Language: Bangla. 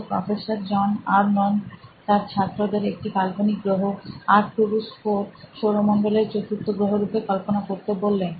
তো প্রফেসর জন আর্নল্ড তার ছাত্রদের একটি কাল্পনিক গ্রহ আর্কটুরুস IV সৌরমণ্ডলের চতুর্থ গ্রহ রূপে কল্পনা করতে বললেন